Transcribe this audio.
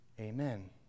Amen